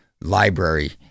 library